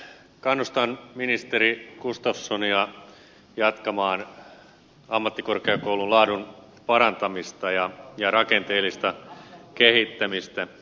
kannustan ministeri gustafssonia jatkamaan ammattikorkeakoulun laadun parantamista ja rakenteellista kehittämistä